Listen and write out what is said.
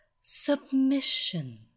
Submission